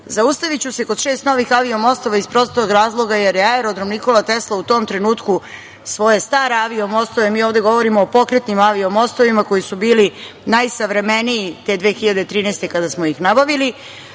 Kine. Zaustaviću se kod šest novih avio mostova, iz prostog razloga, jer je Aerodrom „Nikola Tesla“ u tom trenutku svoje stare avio mostove, mi ovde govorimo o pokretnim avio mostovima koji su bili najsavremeniji te 2013. godine kada smo ih nabavili.